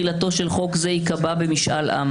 ימים מיום חתימת נשיא המדינה על החוק".